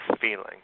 feeling